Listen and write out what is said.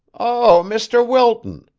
oh, mr. wilton,